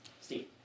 Steve